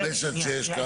חמש עד שש כמה?